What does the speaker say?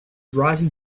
rising